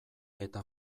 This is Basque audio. eta